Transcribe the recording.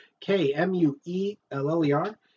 k-m-u-e-l-l-e-r